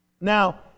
Now